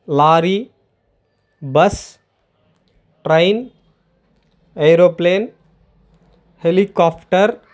lorry bus train aeroplane helicopter